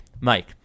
Mike